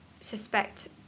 suspect